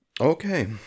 Okay